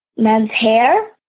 men's hair.